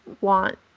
want